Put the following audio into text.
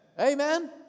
Amen